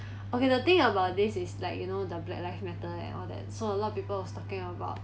okay the thing about this is like you know the black lives matter and all that so a lot of people was talking about